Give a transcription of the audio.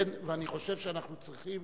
כן, ואני חושב שאנחנו צריכים